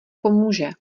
pomůže